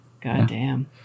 Goddamn